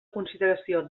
consideració